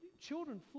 children